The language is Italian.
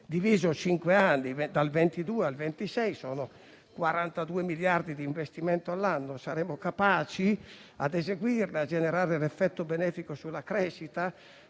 in cinque anni, dal 2022 al 2026, sono 42 miliardi di investimenti all'anno. Saremo capaci di eseguirlo e di generare un effetto benefico sulla crescita?